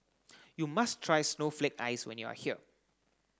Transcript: you must try snowflake ice when you are here